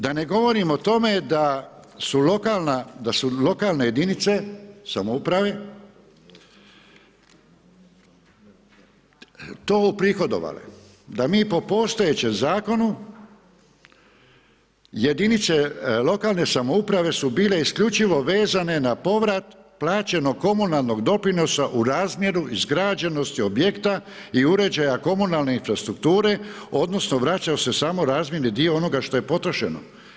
Da ne govorim o tome da su lokalne jedinice samouprave to uprihodovale da mi po postojećem zakonu jedinice lokalne samouprave su bile isključivo vezane na povrat plaćenog komunalnog doprinosa u razmjeru izgrađenosti objekta i uređaja komunalne infrastrukture odnosno vraćaju se samo razmjerni dio onoga što je potrošeno.